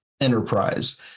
enterprise